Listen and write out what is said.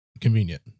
convenient